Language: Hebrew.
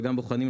וגם בוחנים,